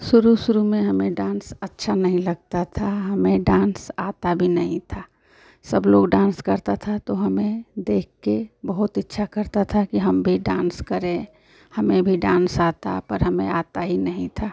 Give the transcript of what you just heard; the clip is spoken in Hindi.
सुरू शुरू में हमें डांस अच्छा नहीं लगता था हमें डांस आता भी नहीं था सब लोग डांस करता था तो हमें देख के बहुत इच्छा करता था कि हम भी डांस करें हमें भी डांस आता पर हमें आता ही नहीं था